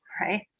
right